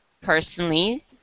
personally